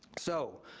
so,